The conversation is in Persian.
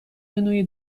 منوی